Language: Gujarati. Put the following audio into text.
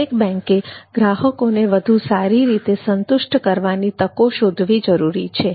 દરેક બેન્કએ ગ્રાહકોને વધુ સારી રીતે સંતુષ્ટ કરવાની તકો શોધવી જરૂરી છે